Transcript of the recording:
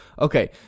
Okay